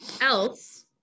else